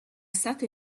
stata